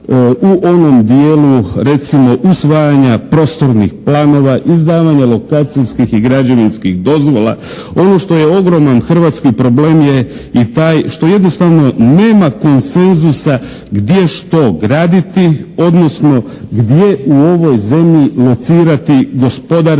u onom dijelu recimo usvajanja prostornih planova, izdavanja lokacijskih i građevinskih dozvola, ono što je ogroman hrvatski problem je i taj što jednostavno nema konsenzusa gdje što graditi, odnosno gdje u ovoj zemlji locirati gospodarske,